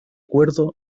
cuerdo